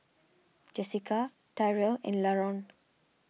Jessika Tyrell and Laron